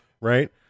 Right